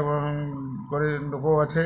এবং করে লোকও আছে